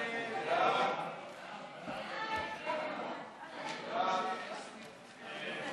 ההצעה להעביר את הצעת חוק חינוך מיוחד (תיקון מס' 11),